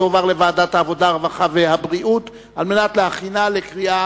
לוועדת העבודה, הרווחה והבריאות נתקבלה.